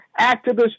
activists